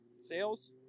sales